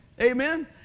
Amen